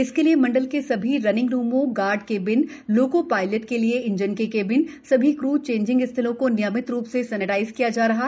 इसके लिए मण्डल के सभी रनिंग रूमों गार्ड केबिन लोको शयलटों के लिए इंजन के केबिन सभी क्रू चेंजिंग स्थलों को नियमित रू से सैनिटाइज किया जा रहा है